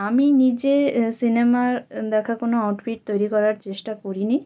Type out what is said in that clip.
আমি নিজে সিনেমার দেখা কোনো আউটফিট তৈরি করার চেষ্টা করিনি